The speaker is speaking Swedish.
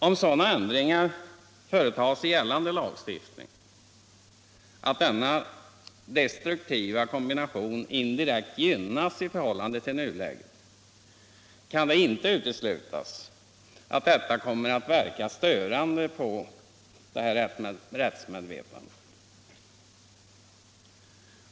Om sådana ändringar företas i gällande lagstiftning att denna destruktiva kombination indirekt gynnas i förhållande till nuläget kan det inte uteslutas att detta kommer att verka stötande på detta rättsmedvetande.